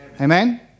Amen